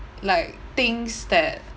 like things that